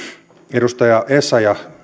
edustaja essayah